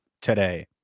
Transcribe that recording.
today